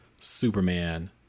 Superman